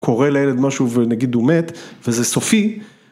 קורה לילד משהו ונגיד הוא מת, וזה סופי.